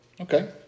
okay